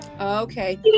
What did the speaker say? Okay